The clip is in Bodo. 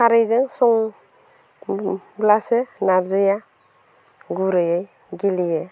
खारैजों संब्लासो नारजिया गुरैयै गेब्लेयो